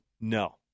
no